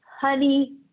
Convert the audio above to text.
honey